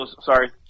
Sorry